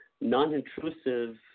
non-intrusive